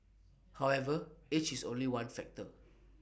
however age is only one factor